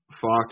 Fox